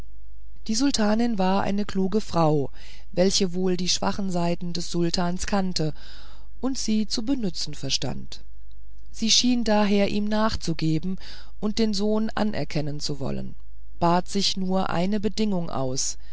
die sultanin war eine kluge frau welche wohl die schwachen seiten des sultans kannte und sie zu benützen verstand sie schien daher ihm nachgeben und den sohn anerkennen zu wollen und bat sich nur eine bedingung aus